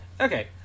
Okay